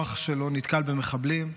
הכוח שלו נתקל במחבלים.